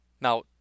Now